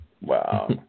Wow